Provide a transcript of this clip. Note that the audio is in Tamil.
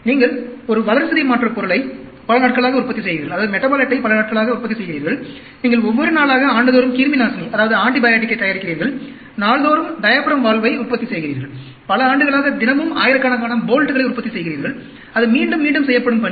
நீங்கள் ஒரு வளர்சிதை மாற்றப் பொருளை பல நாட்களாக உற்பத்தி செய்கிறீர்கள் நீங்கள் ஒவ்வொரு நாளாக ஆண்டுதோறும் கிருமிநாசினியைத் தயாரிக்கிறீர்கள் நாள்தோறும் டயாபிராம் வால்வை உற்பத்தி செய்கிறீர்கள் பல ஆண்டுகளாக தினமும் ஆயிரக்கணக்கான போல்ட்களை உற்பத்தி செய்கிறீர்கள் அது மீண்டும் மீண்டும் செய்யப்படும் பணி